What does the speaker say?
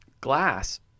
glass